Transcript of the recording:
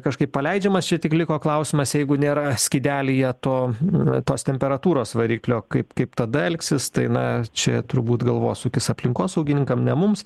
kažkaip paleidžiamas čia tik liko klausimas jeigu nėra skydelyje to tos temperatūros variklio kaip kaip tada elgsis tai na čia turbūt galvosūkis aplinkosaugininkam ne mums